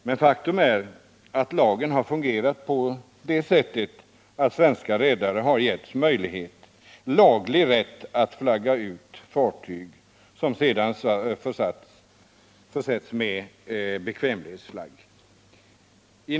Men faktum är att lagen har fungerat på det sättet att svenska redare har getts laglig möjlighet att flagga ut fartyg som sedan kunnat förses med bekvämlighetsflagg.